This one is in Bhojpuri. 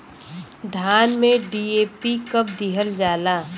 धान में डी.ए.पी कब दिहल जाला?